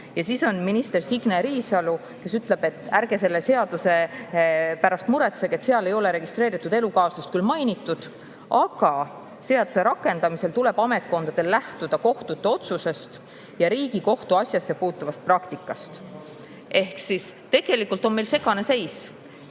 Ja siis on minister Signe Riisalo, kes ütleb, et ärge selle seaduse pärast muretsege, seal ei ole registreeritud elukaaslast küll mainitud, aga seaduse rakendamisel tuleb ametkondadel lähtuda kohtute otsustest ja Riigikohtu asjasse puutuvast praktikast. Ehk siis tegelikult on meil segane seis.